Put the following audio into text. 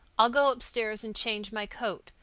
i'll go upstairs and change my coat.